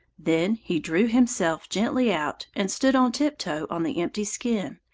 then he drew himself gently out, and stood on tiptoe on the empty skin,